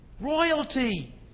royalty